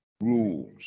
rules